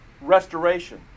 restoration